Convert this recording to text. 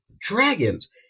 dragons